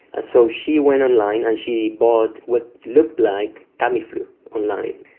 and so she went online and she bought what looked like tamiflu online,